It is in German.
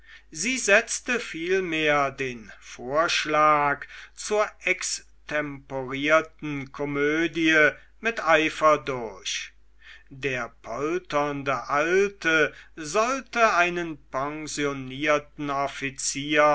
sie setzte vielmehr den vorschlag zur extemporierten komödie mit eifer durch der polternde alte sollte einen pensionierten offizier